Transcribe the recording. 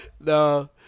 No